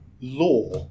law